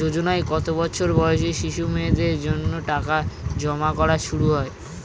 যোজনায় কত বছর বয়সী শিশু মেয়েদের জন্য টাকা জমা করা শুরু হয়?